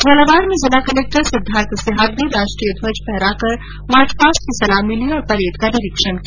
झालावाड में जिला कलेक्टर सिद्वार्थ सिहाग ने राष्ट्रीय ध्वज फहराकर मार्च पास्ट की सलामी ली और परेड का निरीक्षण किया